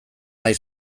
nahi